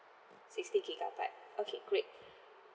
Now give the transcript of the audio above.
sixty gigabyte okay great